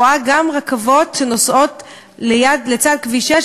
רואה גם רכבות שנוסעות לצד כביש 6,